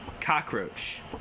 Cockroach